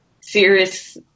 serious